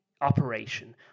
operation